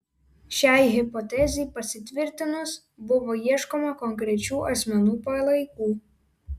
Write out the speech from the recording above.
šiai hipotezei pasitvirtinus buvo ieškoma konkrečių asmenų palaikų